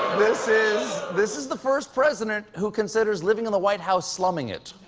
this is this is the first president who considers living in the white house slumming it.